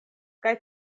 kaj